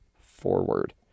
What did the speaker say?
forward